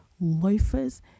loafers